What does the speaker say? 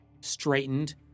straightened